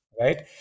right